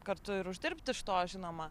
kartu ir uždirbti iš to žinoma